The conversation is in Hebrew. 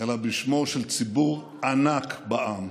אלא בשמו של ציבור ענק בעם,